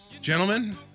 gentlemen